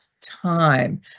time